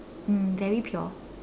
mm very pure